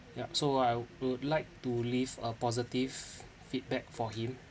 yup so I would like to leave a positive feedback for him